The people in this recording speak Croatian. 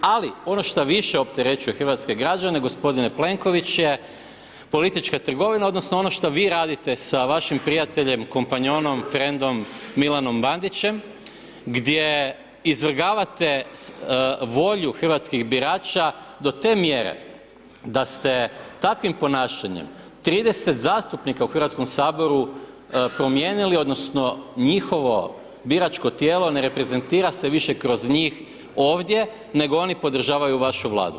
Ali ono što više opterećuje hrvatske građane gospodine Plenkoviću je politička trgovina odnosno ono što vi radite sa vašim prijateljem, kompanjonom, frendom Milanom Bandićem, gdje izvrgavate volju hrvatskih birača do te mjere da ste takvim ponašanjem 30 zastupnika u Hrvatskom saboru promijenili odnosno njihovo biračko tijelo ne reprezentira se više kroz njih ovdje nego oni podržavaju vašu Vladu.